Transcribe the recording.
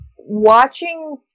watching